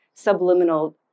subliminal